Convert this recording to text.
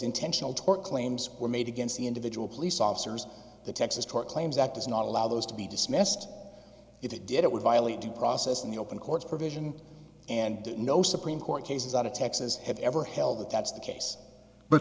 intentional tort claims were made against the individual police officers the texas tort claims act does not allow those to be dismissed if they did it would violate due process in the open courts provision and no supreme court cases out of texas have ever held that that's the case but